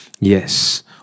Yes